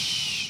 67)